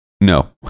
no